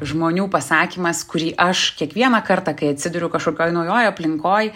žmonių pasakymas kurį aš kiekvieną kartą kai atsiduriu kažkokioj naujoj aplinkoj